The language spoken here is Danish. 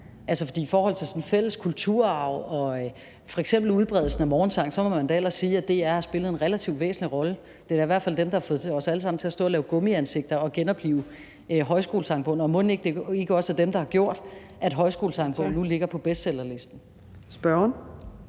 DR? For i forhold til sådan fælles kulturarv og f.eks. udbredelsen af morgensang må man da ellers sige, at DR har spillet en relativt væsentlig rolle. Det er da i hvert fald dem, der har fået os alle sammen til at stå og lave gummiansigter og genoplive Højskolesangbogen. Og mon ikke, det også er dem, der har gjort, at Højskolesangbogen nu ligger på bestsellerlisten. Kl.